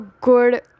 good